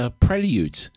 prelude